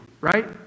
right